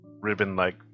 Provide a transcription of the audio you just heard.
ribbon-like